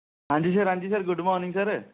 हां जी सर हां जी सर गुड मार्निंग सर